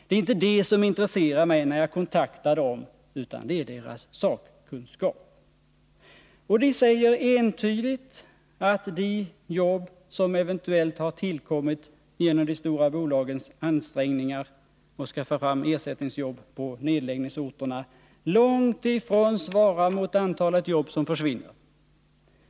Det är inte det som intresserar mig när jag kontaktar dem, utan 77 det är deras sakkunskap. Och de säger entydigt att de jobb som eventuellt har tillkommit genom de stora bolagens ansträngningar att skaffa fram ersättningsjobb på nedläggningsorterna långt ifrån svarar mot antalet jobb som försvinner.